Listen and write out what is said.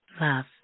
Love